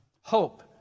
Hope